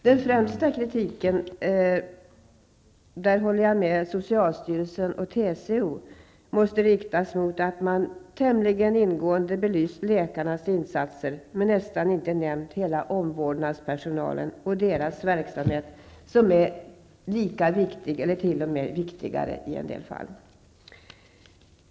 Den främsta kritiken, och där håller jag med socialstyrelsen och TCO, måste riktas mot att de tämligen ingående har belyst läkarnas insatser men nästan inte nämnt hela omvårdnadspersonalen och dess insatser som är lika viktiga, och i en del fall t.o.m. viktigare.